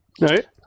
Right